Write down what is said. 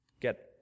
get